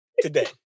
today